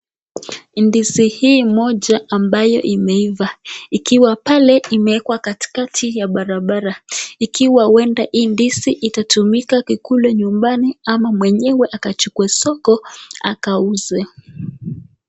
Ndizi hii moja ambayo imeiva ikiwa pale imewekwa katikati ya barabara, ikiwa huenda hii ndizi itatumika kukula nyumbani ama mwenyewe akachukua soko akauze.